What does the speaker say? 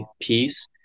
piece